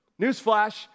Newsflash